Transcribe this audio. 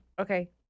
Okay